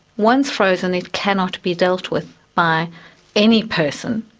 once frozen, it cannot be dealt with by any person.